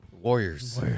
Warriors